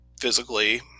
physically